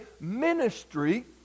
ministry